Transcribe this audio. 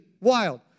wild